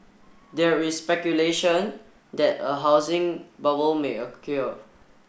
there is speculation that a housing bubble may occur